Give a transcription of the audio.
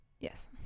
yes